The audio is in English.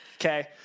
okay